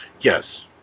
Yes